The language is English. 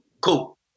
Cool